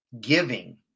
giving